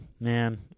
Man